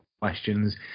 questions